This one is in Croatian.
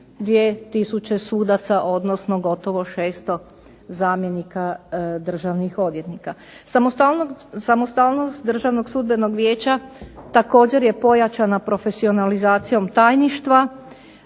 2000 sudaca, odnosno gotovo 600 zamjenika državnih odvjetnika. Samostalnost Državnog sudbenog vijeća također je pojačana profesionalizacijom tajništva,